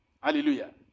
Hallelujah